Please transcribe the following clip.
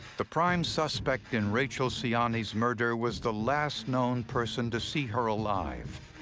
the prime suspect in rachel siani's murder was the last known person to see her alive,